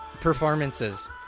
performances